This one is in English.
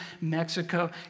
Mexico